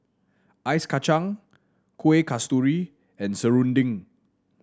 Ice Kachang Kuih Kasturi and serunding